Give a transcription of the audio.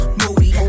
moody